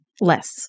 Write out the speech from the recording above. less